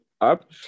up